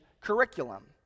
curriculum